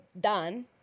done